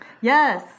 Yes